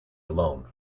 alone